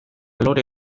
lore